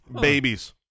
Babies